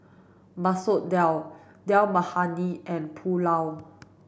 Masoor Dal Dal Makhani and Pulao